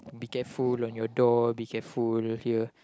be careful when your door be careful when you're here